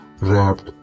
Wrapped